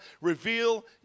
reveal